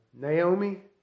Naomi